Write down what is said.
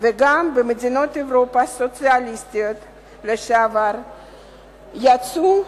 ובמדינות אירופה הסוציאליסטיות לשעבר יצאו